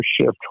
shift